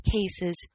cases